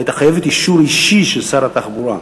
הייתה חייבת אישור אישי של שר התחבורה,